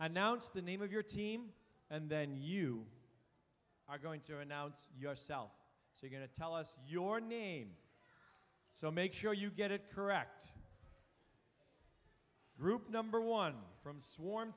announce the name of your team and then you are going to announce yourself you're going to tell us your name so make sure you get it correct group number one from swarm